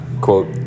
quote